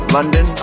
London